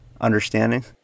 understanding